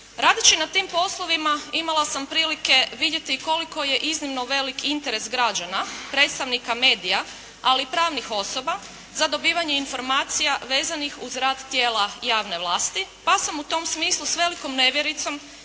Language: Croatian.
Radeći na tim poslovima imala sam prilike vidjeti koliko je iznimno velik interes građana predstavnika medija ali i pravnih osoba za dobivanje informacija vezanih uz rad tijela javne vlasti pa sam u tom smislu s velikom nevjericom